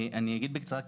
אגיד בקצרה,